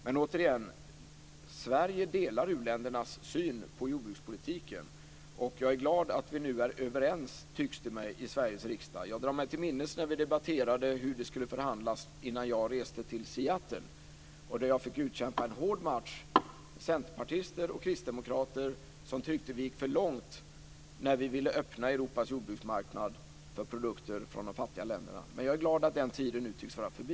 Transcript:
Men återigen: Sverige delar u-ländernas syn på jordbrukspolitiken, och jag är glad att vi nu är överens, tycks det mig, i Sveriges riksdag. Jag drar mig till minnes hur det var när vi debatterade hur det skulle förhandlas innan jag reste till Seattle. Jag fick utkämpa en hård match med centerpartister och kristdemokrater som tyckte att vi gick för långt när vi ville öppna Europas jordbruksmarknad för produkter från de fattiga länderna. Jag är glad att den tiden nu tycks vara förbi.